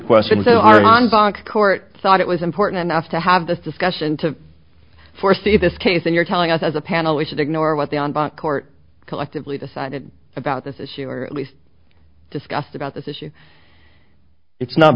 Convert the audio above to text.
questions are on fox court thought it was important enough to have this discussion to foresee this case and you're telling us as a panel we should ignore what the on bond court collectively decided about this issue or at least discussed about this issue it's not